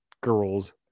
girls